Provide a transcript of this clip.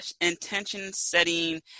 intention-setting